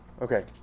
Okay